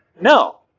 No